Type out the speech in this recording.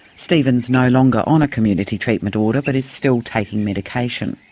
stephen is no longer on a community treatment order but is still taking medication.